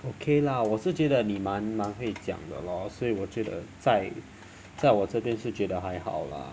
okay 啦我是觉得你蛮蛮会讲的 lor 所以我觉得在在我这边是觉得还好啦